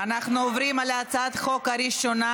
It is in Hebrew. אנחנו עוברים להצבעה על הצעת החוק הראשונה,